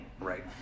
right